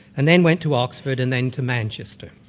and then went to oxford, and then to manchester.